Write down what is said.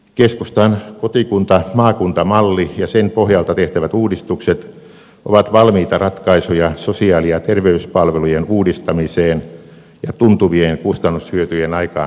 keskustan kotikuntamaakunta malli ja sen pohjalta tehtävät uudistukset ovat valmiita ratkaisuja sosiaali ja terveyspalvelujen uudistamiseen ja tuntuvien kustannushyötyjen aikaansaamiseen